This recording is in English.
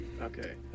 Okay